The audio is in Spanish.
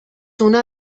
una